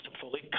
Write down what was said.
fully